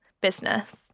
business